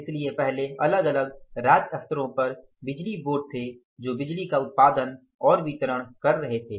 इसलिए पहले अलग अलग राज्य स्तरों पर बिजली बोर्ड थे जो बिजली का उत्पादन और वितरण कर रहे थे